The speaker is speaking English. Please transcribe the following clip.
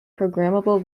programmable